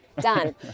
Done